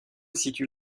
situe